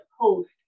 post